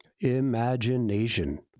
Imagination